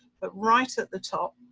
but right at the top